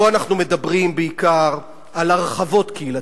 פה אנחנו מדברים בעיקר על הרחבות קהילתיות.